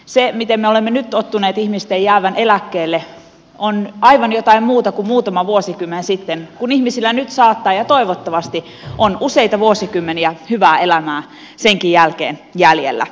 se miten me olemme nyt tottuneet ihmisten jäävän eläkkeelle on aivan jotain muuta kuin muutama vuosikymmen sitten kun ihmisillä nyt saattaa olla ja toivottavasti on useita vuosikymmeniä hyvää elämää senkin jälkeen jäljellä